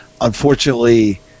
unfortunately